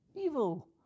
evil